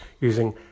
using